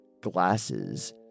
glasses